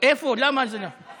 איפה, למה זה לא,